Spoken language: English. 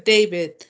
David